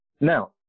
Now